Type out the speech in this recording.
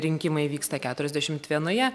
rinkimai vyksta keturiasdešimt vienoje